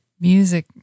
Music